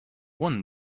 won